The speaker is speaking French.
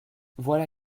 voilà